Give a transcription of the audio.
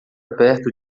perto